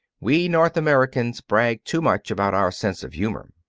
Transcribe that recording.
we north americans brag too much about our sense of humor.